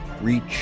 reach